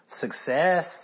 success